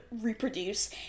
reproduce